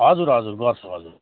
हजुर हजुर गर्छु हजुर